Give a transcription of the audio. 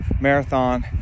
marathon